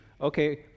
Okay